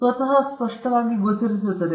ಇದು ಸ್ವತಃ ಸ್ಪಷ್ಟವಾಗಿ ಗೋಚರಿಸುತ್ತದೆ